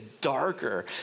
darker